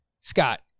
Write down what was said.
Scott